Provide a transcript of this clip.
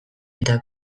eta